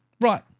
Right